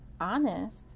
honest